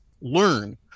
learn